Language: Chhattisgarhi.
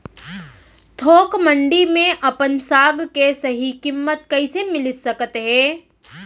थोक मंडी में अपन साग के सही किम्मत कइसे मिलिस सकत हे?